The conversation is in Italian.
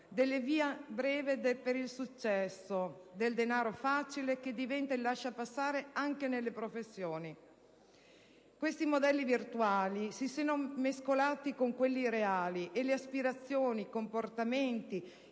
della via breve per il successo, del denaro facile, che diventa il lasciapassare anche nelle professioni. I modelli virtuali si sono mescolati con quelli reali e le aspirazioni, i comportamenti,